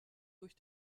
durch